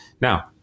Now